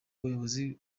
ubuyobozi